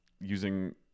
using